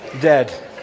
dead